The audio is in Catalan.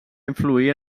influir